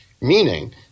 meaning